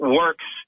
works